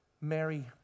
Mary